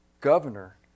governor